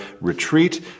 retreat